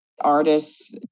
artists